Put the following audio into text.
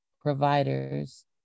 providers